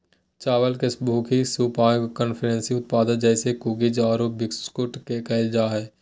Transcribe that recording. चावल के भूसी के उपयोग कन्फेक्शनरी उत्पाद जैसे कुकीज आरो बिस्कुट में कइल जा है